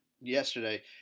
yesterday